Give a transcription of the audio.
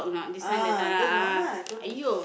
ah that's the one lah I told you